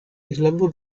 aislado